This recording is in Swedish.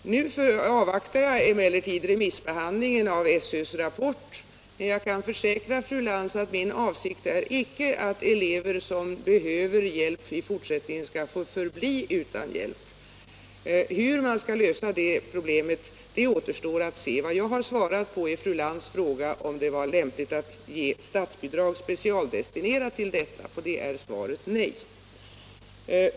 Nu avvaktar jag emellertid remissbehandlingen av SÖ:s rapport, men jag kan försäkra fru Lantz att min avsikt icke är att elever som behöver hjälp i fortsättningen skall få förbli utan hjälp. Hur man skall lösa problemet återstår att se; vad jag har svarat på är fru Lantz fråga, om det var lämpligt att ge ett specialdestinerat statsbidrag till detta. På den frågan är svaret nej.